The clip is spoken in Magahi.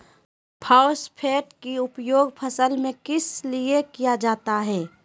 फॉस्फेट की उपयोग फसल में किस लिए किया जाता है?